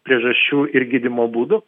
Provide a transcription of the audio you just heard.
priežasčių ir gydymo būdų